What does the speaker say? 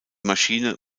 maschine